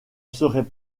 serais